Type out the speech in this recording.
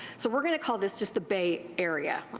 so weire going to call this just the bay area.